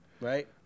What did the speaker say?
right